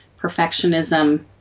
perfectionism